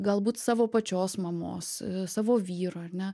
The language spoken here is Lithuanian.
galbūt savo pačios mamos savo vyro ar ne